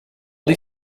die